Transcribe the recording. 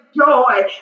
joy